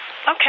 Okay